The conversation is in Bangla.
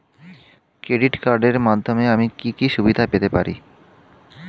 ক্রেডিট কার্ডের মাধ্যমে আমি কি কি সুবিধা পেতে পারি?